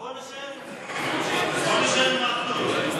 אז בוא נישאר עם זה.